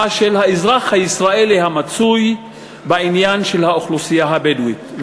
של האזרח הישראלי המצוי בעניין של האוכלוסייה הבדואית.